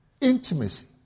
Intimacy